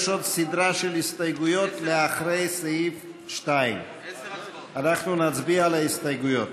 יש עוד סדרה של הסתייגויות אחרי סעיף 2. אנחנו נצביע על ההסתייגויות.